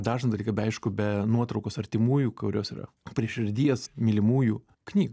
dažną dalyką be aišku be nuotraukos artimųjų kurios yra prie širdies mylimųjų knyga